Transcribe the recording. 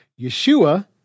Yeshua